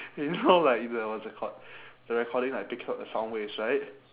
you know like the what's it called the recording like picks up the sound waves right